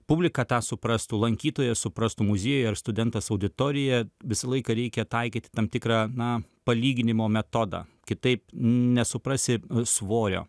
publika tą suprastų lankytojas suprastų muziejų ar studentas auditoriją visą laiką reikia taikyti tam tikrą na palyginimo metodą kitaip nesuprasi svorio